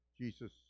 Jesus